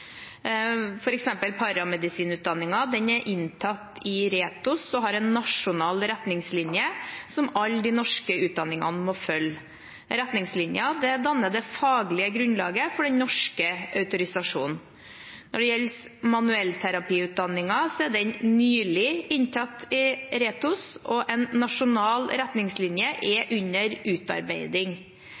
er paramedisinutdanningen inntatt i RETHOS og har en nasjonal retningslinje som alle de norske utdanningene må følge. Retningslinjen danner det faglige grunnlaget for den norske autorisasjonen. Når det gjelder manuellterapiutdanningen, er den nylig inntatt i RETHOS, og en nasjonal retningslinje er under utarbeiding.